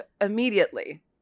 immediately